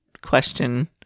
question